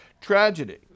tragedy